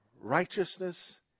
righteousness